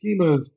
schemas